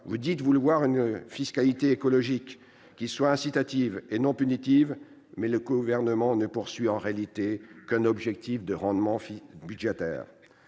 Vous dites vouloir une fiscalité écologique qui soit incitative et non punitive, mais le Gouvernement ne vise en réalité qu'un objectif de rendement budgétaire.